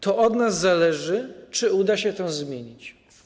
To od nas zależy, czy uda się to zmienić.